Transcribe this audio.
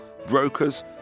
brokers